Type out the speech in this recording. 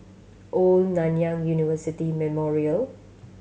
Old Nanyang University Memorial